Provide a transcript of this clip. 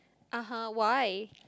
(uh huh) why